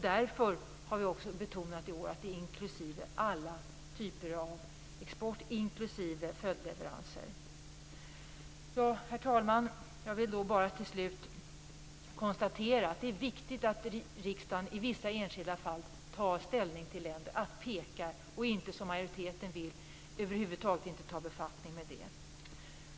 Därför har vi i år betonat att vi säger nej till alla typer av krigsmaterielexport inklusive följdleveranser. Herr talman! Jag vill till slut konstatera att det är viktigt att riksdagen tar ställning i enskilda fall och pekar ut länder. Majoriteten vill över huvud taget inte att vi skall befatta oss med det.